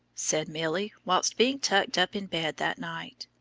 said milly while being tucked up in bed that night,